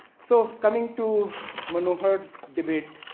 so, coming to monohot's debate,